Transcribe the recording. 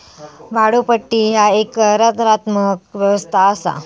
भाड्योपट्टी ह्या एक करारात्मक व्यवस्था असा